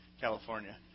California